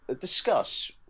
discuss